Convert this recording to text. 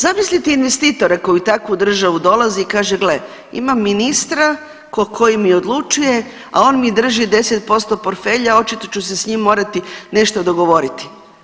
Zamislite investitora koji u takvu državu dolazi i kaže gle imam ministra koji mi odlučuje, a on mi drži 10% portfelja očito ću se s njime morati nešto dogovoriti.